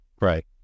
Right